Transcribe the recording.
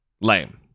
lame